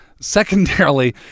Secondarily